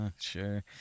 sure